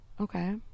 Okay